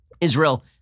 Israel